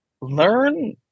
learn